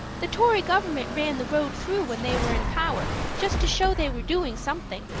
the tory government ran the road through when they were in power just to show they were doing something.